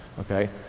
Okay